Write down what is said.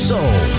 Soul